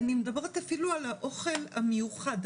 אני מדברת אפילו על האוכל המיוחד,